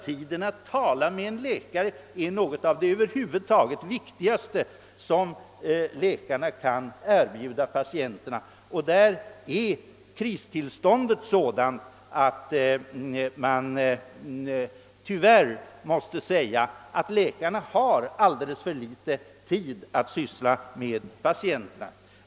Tid att tala med en läkare är något av det viktigaste man kan erbjuda patienterna, men kristillståndet är sådant att läkarna tyvärr har alldeles för litet tid att syssla med patienterna.